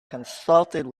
consulted